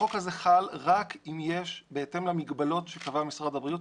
החוק הזה חל רק אם יש בהתאם למגבלות שקבע משרד הבריאות.